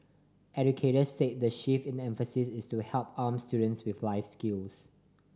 educators said the shift in emphasis is to help arm students with life skills